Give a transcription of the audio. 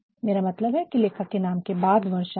मेरा मतलब है कि लेखक के नाम के बाद वर्ष आएगा